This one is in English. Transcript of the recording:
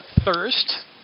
Thirst